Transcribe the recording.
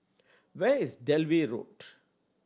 where is Dalvey Road